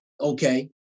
okay